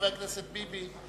חבר הכנסת ביבי.